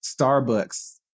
Starbucks